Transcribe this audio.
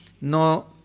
no